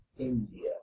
India